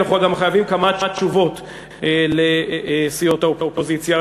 גם חייבים כמה תשובות לסיעות האופוזיציה,